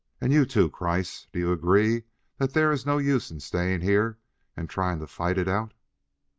and you, too, kreiss? do you agree that there is no use in staying here and trying to fight it out?